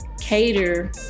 cater